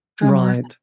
Right